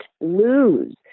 lose